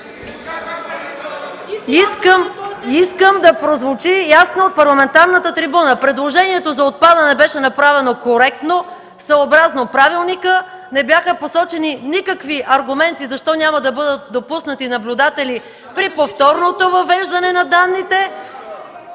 Искам да прозвучи ясно от парламентарната трибуна – предложението за отпадане беше направено коректно, съобразно правилника. Не бяха посочени никакви аргументи защо няма да бъдат допуснати наблюдатели при повторното въвеждане на данните...